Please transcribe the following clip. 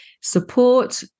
support